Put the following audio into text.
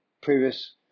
previous